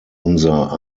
unser